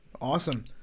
Awesome